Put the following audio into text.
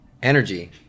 energy